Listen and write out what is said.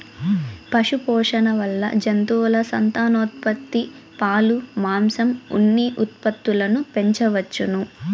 పశుపోషణ వల్ల జంతువుల సంతానోత్పత్తి, పాలు, మాంసం, ఉన్ని ఉత్పత్తులను పెంచవచ్చును